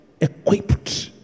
equipped